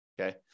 okay